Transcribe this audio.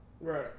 Right